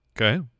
Okay